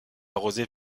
arrosé